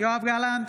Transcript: יואב גלנט,